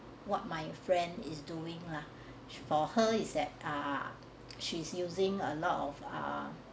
what my friend is doing lah for her is that ah she's using a lot of ah